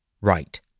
Right